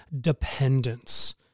dependence